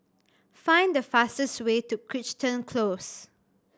find the fastest way to Crichton Close